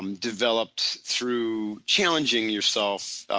um developed through challenging yourself,